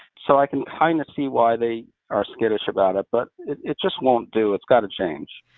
so i can kind of see why they are skittish about it, but it it just won't do. it's got to change.